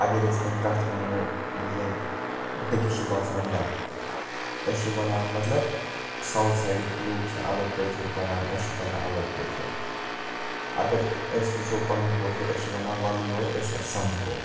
اَگر أسۍ کانٛہہ کَتھ وَنو مطلب بیٚکِس چھِ باسان غَلط أسۍ چھِ ونان مطلب سَاوُتھ سایڈٕکۍ لوٗکھ چھ اَلگ کٲشُر کَران أسۍ چھ کَران اَلگ کٲشُر اَگر أسۍ وٕچھو پَنُن کٲشُر أسۍ چھ وَنان وَل یور أسۍ سَمکھو